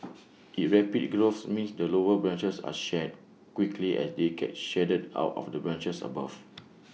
its rapid growth means that lower branches are shed quickly as they get shaded out of the branches above